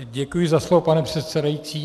Děkuji za slovo, pane předsedající.